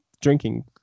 drinking